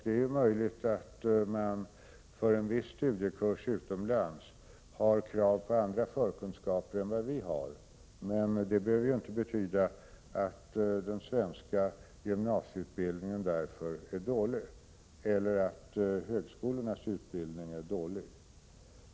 Det är möjligt att man för en viss studiekurs utomlands har krav på andra förkunskaper än vi har, men det behöver inte betyda att den svenska gymnasieutbildningen är dålig eller att högskolornas utbildning är dålig.